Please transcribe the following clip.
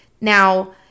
Now